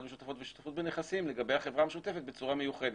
משותפות ושותפות בנכסים לגבי החברה המשותפת בצורה מיוחדת.